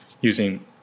using